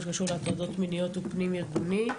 שקשור להטרדות מיניות הוא פנים ארגוני,